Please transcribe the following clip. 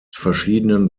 verschiedenen